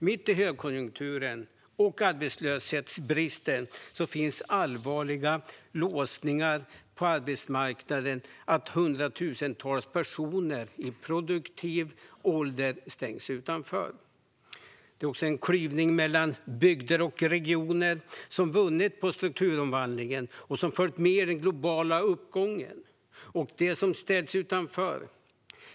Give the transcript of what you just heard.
Mitt i högkonjunkturen och arbetskraftsbristen finns så allvarliga låsningar på arbetsmarknaden att hundratusentals personer i produktiv ålder stängs utanför. Det är också en klyvning mellan bygder och regioner som vunnit på strukturomvandlingen och följt med i den globala uppgången och de som ställts utanför.